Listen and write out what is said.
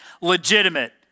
legitimate